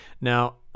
Now